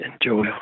enjoy